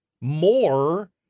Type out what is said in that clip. more